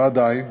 ועדיין,